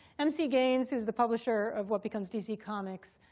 mc gaines, who's the publisher of what becomes dc comics.